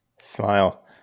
smile